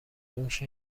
موش